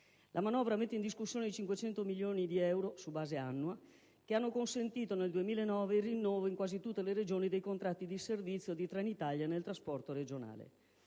La manovra mette in discussione i 500 milioni di euro, su base annua, che hanno consentito nel 2009 il rinnovo in quasi tutte le Regioni dei contratti di servizio di Trenitalia nel trasporto regionale.